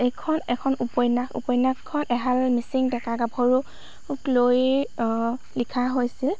এইখন এখন উপন্য়াস উপন্য়াসখন এহাল মিচিং ডেকা গাভৰুক লৈ লিখা হৈছে